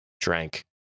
drank